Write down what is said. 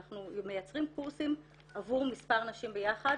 אנחנו מייצרים קורסים עבור מספר נשים ביחד